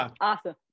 Awesome